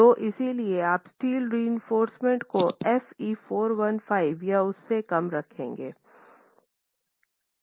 तो इसलिए आप स्टील रिइंफोर्समेन्ट को Fe 415 या उससे कम रखेंगे